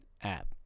app